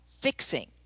fixing